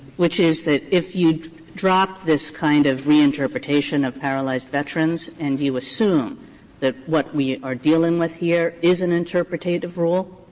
which is that if you drop this kind of reinterpretation of paralyzed veterans and you assume that what we are dealing with here is an interpretative rule,